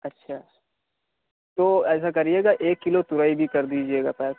اچھا تو ایسا کریے گا ایک کلو تورئی بھی کر دیجیے گا پیک